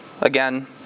again